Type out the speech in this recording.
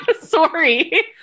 Sorry